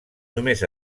només